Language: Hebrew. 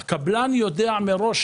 הקבלן יודע מראש,